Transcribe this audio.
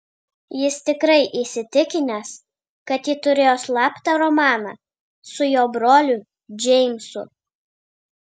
jis tikrai įsitikinęs kad ji turėjo slaptą romaną su jo broliu džeimsu